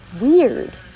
weird